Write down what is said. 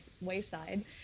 wayside